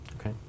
Okay